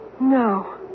No